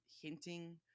hinting